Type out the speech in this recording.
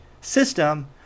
system